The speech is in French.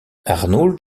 arnould